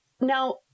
now